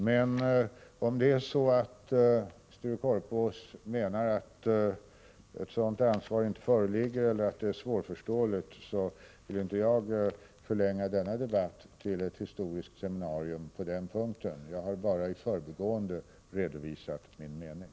Men om Sture Korpås menar att ett sådant ansvar inte föreligger eller att det är svårförståeligt vill inte jag förlänga denna debatt till ett historiskt seminarium på denna punkt; jag har bara i förbigående redovisat min mening.